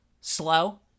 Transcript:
slow